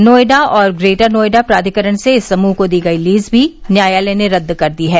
नोएडा और प्रेटर नोएडा प्राधिकरण से इस समूह को दी गई लीज मी न्यायालय ने रह कर दी है